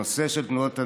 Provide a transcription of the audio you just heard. הנושא של תנועת הנוער,